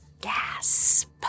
Gasp